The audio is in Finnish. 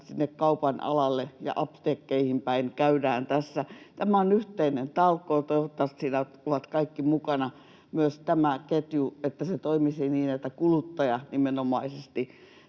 sinne kaupan alalle ja apteekkeihin päin käydään tässä. Tämä on yhteinen talkoo, ja toivottavasti siinä ovat kaikki mukana, myös tämä ketju, että se toimisi niin, että nimenomaisesti